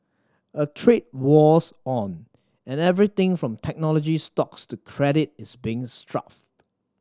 a trade war's on and everything from technology stocks to credit is being strafed